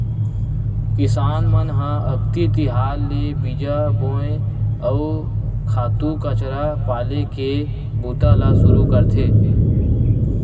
किसान मन ह अक्ति तिहार ले बीजा बोए, अउ खातू कचरा पाले के बूता ल सुरू करथे